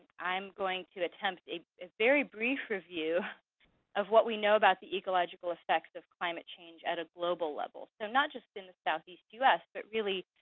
i'm going to attempt a very brief review of what we know about the ecological effects of climate change at a global level. so not just in the southeast u s, but really